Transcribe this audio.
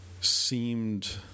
seemed